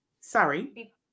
Sorry